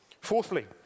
Fourthly